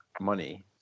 money